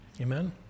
Amen